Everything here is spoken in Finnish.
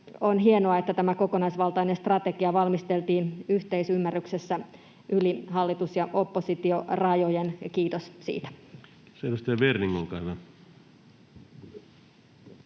on hienoa, että tämä kokonaisvaltainen strategia valmisteltiin yhteisymmärryksessä yli hallitus‑ ja oppositiorajojen, ja kiitos siitä.